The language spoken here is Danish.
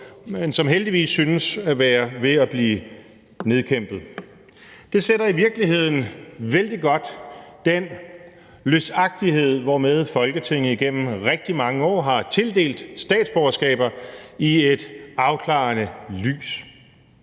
men som heldigvis synes at være ved at blive nedkæmpet. Det sætter i virkeligheden vældig godt den løsagtighed, hvormed Folketinget igennem rigtig mange år har tildelt statsborgerskaber, i et afklarende lys.